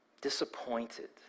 disappointed